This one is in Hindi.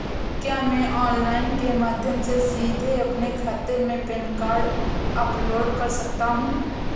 क्या मैं ऑनलाइन के माध्यम से सीधे अपने खाते में पैन कार्ड अपलोड कर सकता हूँ?